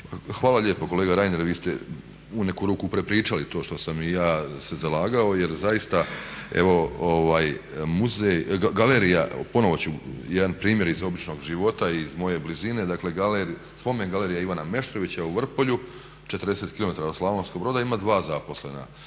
Hvala lijepo. Kolega Reiner vi ste u neku ruku prepričali to što sam i ja se zalagao jer zaista evo galerija, ponovo ću jedan primjer iz običnog života, iz moje blizine, dakle spomen galerija Ivana Meštrovića u Vrpolju 40 km od Slavonskog Broda ima dva zaposlena.